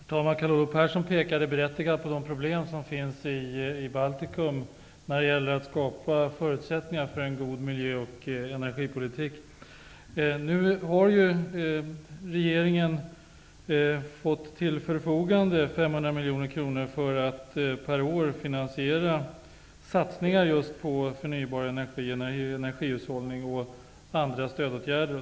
Herr talman! Karl Olov Persson pekade berättigat på de problem som finns i Baltikum när det gäller att skapa förutsättningar för en god miljö och energipolitik. Nu har regeringen fått 500 miljoner kronor per år till förfogande för att finansiera satsningar på just förnybar energi, energihushållning och andra stödåtgärder.